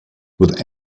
with